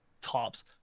tops